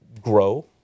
grow